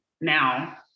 now